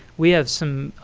we have some